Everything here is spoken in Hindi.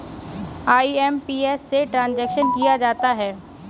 आई.एम.पी.एस से ट्रांजेक्शन किया जाता है